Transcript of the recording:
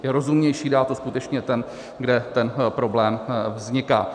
Je rozumnější dát to skutečně tam, kde ten problém vzniká.